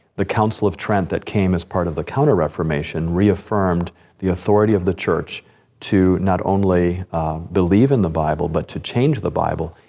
the council of trent that came as part of the counter-reformation reaffirmed the authority of the church to not only believe in the bible, but to change the bible.